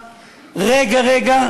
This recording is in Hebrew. רגע-רגע,